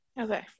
okay